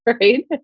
Right